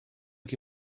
que